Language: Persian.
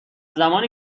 زمانی